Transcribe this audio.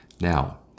Now